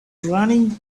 running